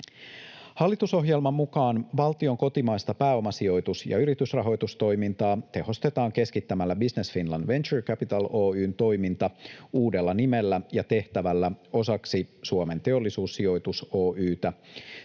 Hallitusohjelman mukaan valtion kotimaista pääomasijoitus- ja yritysrahoitustoimintaa tehostetaan keskittämällä Business Finland Venture Capital Oy:n toiminta uudella nimellä ja tehtävällä osaksi Suomen Teollisuussijoitus Oy:tä